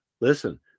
listen